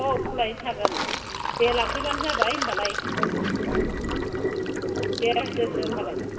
औ खुलायैनो थागोन दे लांफैबानो जाबाय होनबालाय औ दे दोनदो होनबालाय